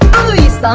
police! um